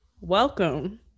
welcome